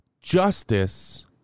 justice